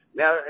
now